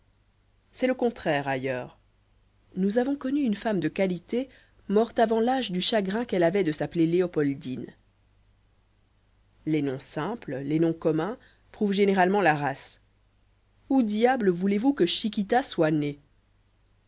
c'est le contraire ailleurs nous avons connu une femme de qualité morte avant l'âge du chagrin qu'elle avait de s'appeler léopoldine les noms simples les noms communs prouvent généralement la race où diable voulez-vous que chiquita soit née